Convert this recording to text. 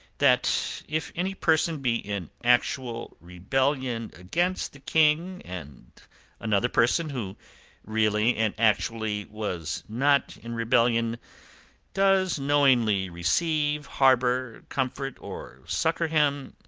that if any person be in actual rebellion against the king, and another person who really and actually was not in rebellion does knowingly receive, harbour, comfort, or succour him,